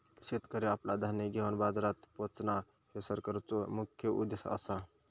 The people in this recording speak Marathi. शेतकरी आपला धान्य घेवन बाजारात पोचणां, ह्यो सरकारचो मुख्य उद्देश आसा